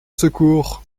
secours